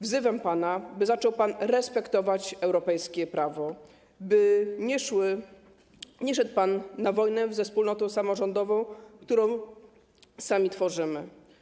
Wzywam pana, by zaczął pan respektować europejskie prawo, by nie szedł pan na wojnę ze wspólnotą samorządową, którą sami tworzymy.